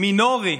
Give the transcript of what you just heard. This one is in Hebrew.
מינורי,